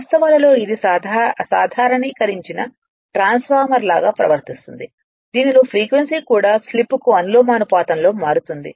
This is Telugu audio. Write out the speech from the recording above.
వాస్తవాలలో ఇది సాధారణీకరించిన ట్రాన్స్ఫార్మర్ లాగా ప్రవర్తిస్తుంది దీనిలో ఫ్రీక్వెన్సీ కూడా స్లిప్కు అనులోమానుపాతంలో మారుతుంది